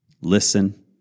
Listen